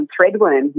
threadworm